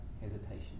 hesitation